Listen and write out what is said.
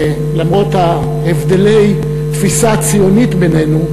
למרות הבדלי התפיסה הציונית בינינו,